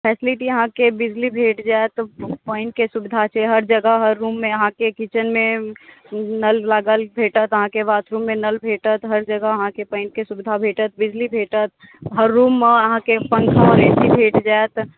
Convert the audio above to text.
facility अहाँके बिजली भेट जायत पानि के सुविधा हर जगह हर रूममे अहाँ के किचेनमे मार्बल लागल भेटत अहाँ के बाथरूममे नल भेटत हर जगह अहाँके पानि के सुविधा भेटत बिजली भेटत हर रूममे अहाँके पंखा भेट जायत